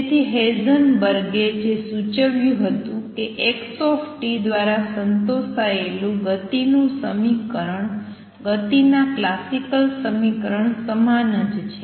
તેથી હેઇઝનબર્ગે જે સૂચવ્યું હતું કે x દ્વારા સંતોષાયેલુ ગતિનું સમીકરણ ગતિના ક્લાસિકલ સમીકરણ સમાન જ છે